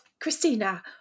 Christina